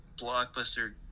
blockbuster